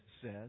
says